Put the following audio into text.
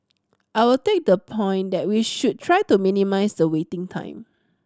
I will take the point that we should try to minimise the waiting time